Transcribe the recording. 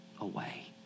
away